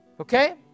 Okay